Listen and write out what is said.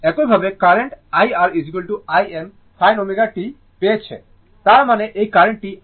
একইভাবে current IR Im sin ω t পেয়েছে তার মানে এই কারেন্টটি IR